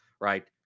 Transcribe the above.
right